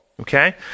Okay